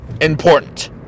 important